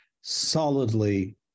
solidly